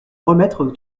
remettre